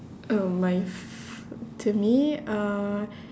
uh my f~ to me uh